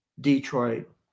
Detroit